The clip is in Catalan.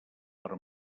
per